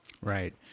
Right